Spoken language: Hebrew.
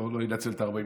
אני לא אנצל את 40 הדקות,